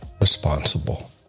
responsible